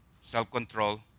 Self-control